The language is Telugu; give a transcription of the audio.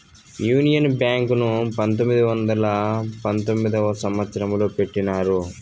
యూనియన్ బ్యాంక్ ను పంతొమ్మిది వందల పంతొమ్మిదవ సంవచ్చరంలో పెట్టినారు